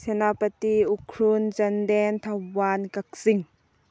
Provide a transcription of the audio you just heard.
Senapati Ukhrul Chandel Thoubal Kakching